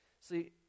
See